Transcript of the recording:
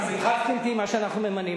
שמחת זקנתי מה שאנחנו ממנים.